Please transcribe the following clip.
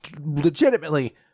legitimately